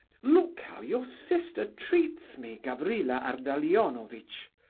look how your sister treats me, gavrila ardalionovitch.